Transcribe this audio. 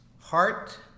heart